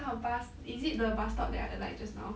搭 bus is it the bus stop that I alight just now